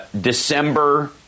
December